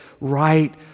right